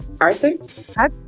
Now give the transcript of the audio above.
Arthur